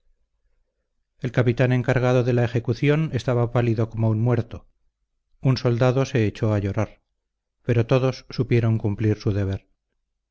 el capitán encargado de la ejecución estaba pálido como un muerto un soldado se echó a llorar pero todos supieron cumplir su deber